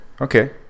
Okay